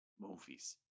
Movies